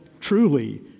Truly